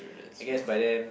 I guess by then